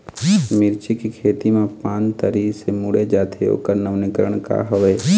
मिर्ची के खेती मा पान तरी से मुड़े जाथे ओकर नवीनीकरण का हवे?